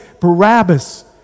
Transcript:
Barabbas